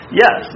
yes